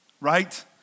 right